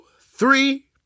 three